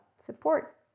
support